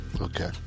Okay